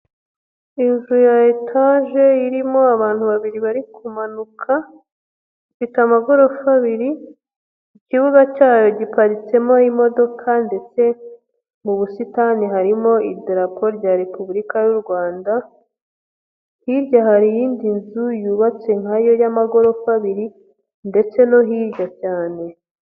Inzu ya etaje irimo abantu babiri bari kumanuka, ifite amagorofa abiri, ikibuga cyayo giparitsemo imodoka ndetse mu busitani harimo idarapo rya Repubulika y'u Rwanda, hirya hari iyindi nzu yubatse nkayo y'amagorofa abiri ndetse no hirya cyane.